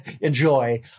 enjoy